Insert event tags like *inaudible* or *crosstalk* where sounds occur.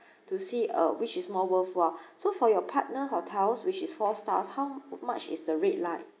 to see uh which is more worthwhile so for your partner hotels which is four stars how *noise* much is the rate like